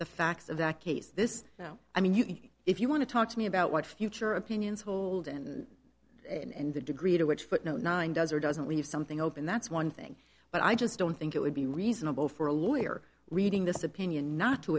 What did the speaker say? the facts of that case this i mean you if you want to talk to me about what future opinions hold and in the degree to which footnote nine does or doesn't leave something open that's one thing but i just don't think it would be reasonable for a lawyer reading this opinion not to